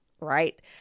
right